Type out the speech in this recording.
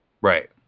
right